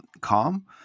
calm